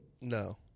No